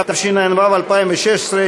התשע"ו 2016,